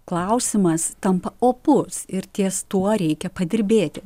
klausimas tampa opus ir ties tuo reikia padirbėti